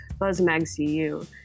BuzzMagCU